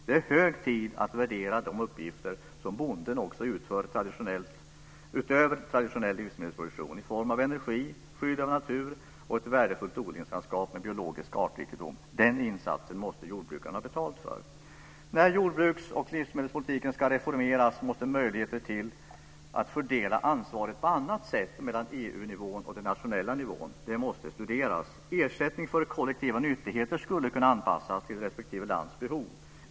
Det är hög tid att värdera de uppgifter som bonden också utför utöver traditionell livsmedelsproduktion i form av energi, skydd av natur och ett värdefullt odlingslandskap med biologisk artrikedom. Den insatsen måste jordbrukaren ha betalt för. När jordbruks och livsmedelspolitiken ska reformeras måste möjligheter till att fördela ansvaret på annat sätt mellan EU-nivån och den nationella nivån studeras. Ersättning för kollektiva nyttigheter skulle kunna anpassas till respektive lands behov.